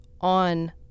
on